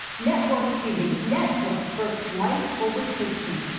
network tv netflix for life overtakes me.